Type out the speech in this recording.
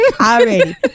Already